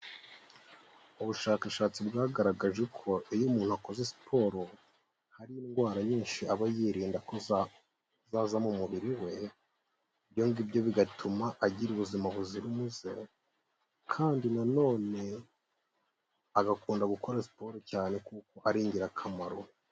Ubushakashatsi bwagaragaje ko iyo umuntu akoze siporo, hari indwara nyinshi aba yirinda ko zaza mu mubiri we, ibyo ngibyo bigatuma agira ubuzima buzira umuze, kandi nanone agakunda gukora siporo cyane kuko ari ingirakamaro.